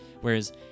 Whereas